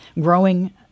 growing